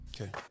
Okay